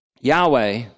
Yahweh